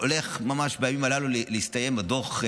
הולך ממש בימים הללו להסתיים הדוח,